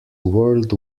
world